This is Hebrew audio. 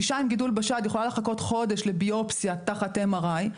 אישה עם גידול בשד יכולה לחכות חודש לביופסיה תחת MRI,